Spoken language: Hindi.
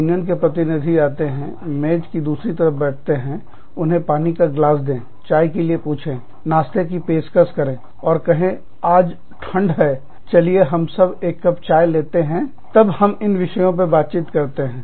यूनियन के प्रतिनिधि आते हैं मैच की दूसरी तरफ बैठते हैं उन्हें पानी का ग्लास दे चाय के लिए पूछे नाश्ते की पेशकश करें और कहें आज ठंड है चलिए हम सब एक कप चाय लेते और तब हम इन विषयों पर बातचीत करते हैं